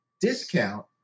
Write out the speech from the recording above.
discount